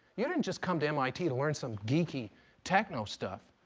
you didn't just come to mit to learn some geeky techno stuff.